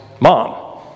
mom